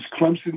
Clemson